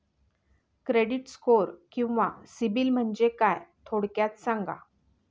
Credit score किंवा सिबिल म्हणजे काय? थोडक्यात सांगा